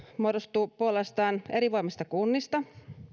muodostuvat puolestaan elinvoimaisista kunnista